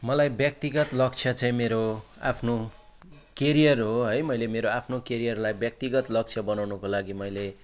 मलाई व्यक्तिगत लक्ष्य चाहिँ मेरो आफ्नो केरियर हो है मैले मेरो आफ्नो केरियरलाई व्यक्तिगत लक्ष्य बनाउनुको लागि मैले